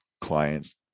clients